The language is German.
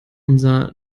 unser